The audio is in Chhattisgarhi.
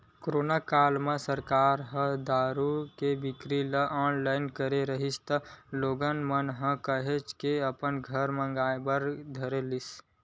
कोरोना काल म सरकार ह दारू के बिक्री ल ऑनलाइन करे रिहिस त लोगन मन ह काहेच के अपन घर म मंगाय बर धर लिस